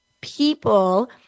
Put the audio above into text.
people